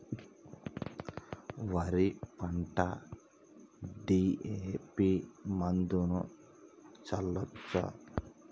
వరి పంట డి.ఎ.పి మందును చల్లచ్చా?